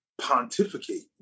pontificate